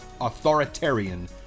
authoritarian